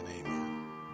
Amen